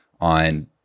on